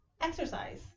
Exercise